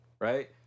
right